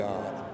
God